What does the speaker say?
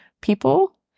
people